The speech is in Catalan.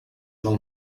del